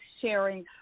sharing